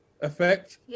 effect